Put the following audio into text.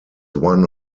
one